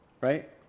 Right